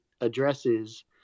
addresses